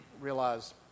realize